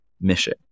mission